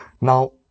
Now